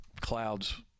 clouds